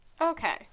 okay